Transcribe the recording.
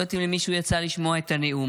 אני לא יודעת אם למישהו יצא לשמוע את הנאום,